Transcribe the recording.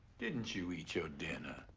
didn't you eat your dinner?